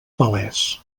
palès